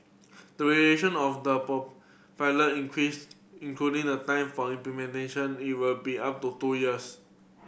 duration of the pilot increase including the time for implementation it will be up to two years